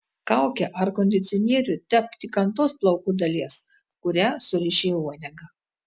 kaukę ar kondicionierių tepk tik ant tos plaukų dalies kurią suriši į uodegą